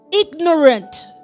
ignorant